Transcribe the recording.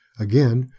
again,